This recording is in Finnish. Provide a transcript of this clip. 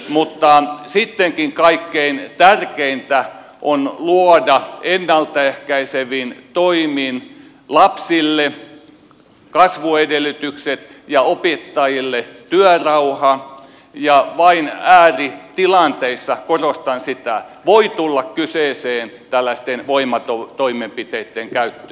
mutta sittenkin kaikkein tärkeintä on luoda ennalta ehkäisevin toimin lapsille kasvuedellytykset ja opettajille työrauha ja vain ääritilanteissa korostan sitä voi tulla kyseeseen tällaisten voimatoimenpiteitten käyttö